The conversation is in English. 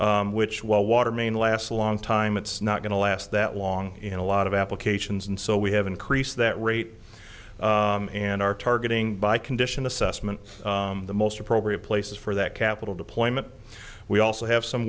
which while water main last a long time it's not going to last that long in a lot of applications and so we have increased that rate and our targeting by condition assessment the most appropriate places for that capital deployment we also have some